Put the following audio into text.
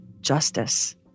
justice